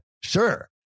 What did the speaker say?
sure